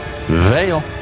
Veil